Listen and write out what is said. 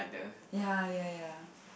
ya ya ya